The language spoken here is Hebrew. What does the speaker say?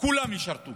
כולם ישרתו